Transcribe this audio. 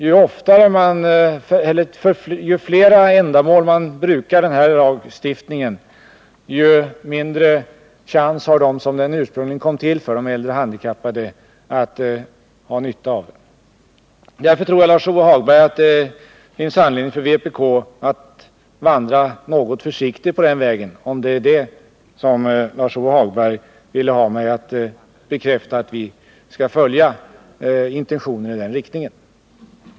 Ju flera som omfattas av den här lagstiftningen, desto mindre chans får de som lagen ursprungligen kom till för att dra nytta av den. Sådana åtgärder är jag tveksam till, och om detta var vad Lars-Ove Hagberg avsåg tror jag det finns anledning för vpk att vandra försiktigt på den vägen.